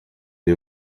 uri